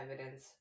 evidence